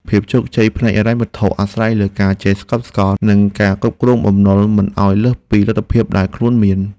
ភាពជោគជ័យផ្នែកហិរញ្ញវត្ថុអាស្រ័យលើការចេះស្កប់ស្កល់ និងការគ្រប់គ្រងបំណុលមិនឱ្យលើសពីលទ្ធភាពដែលខ្លួនមាន។